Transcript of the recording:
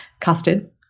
custard